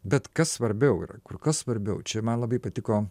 bet kas svarbiau yra kur kas svarbiau čia man labai patiko